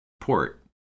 port